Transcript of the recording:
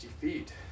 feet